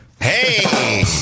Hey